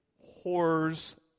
horrors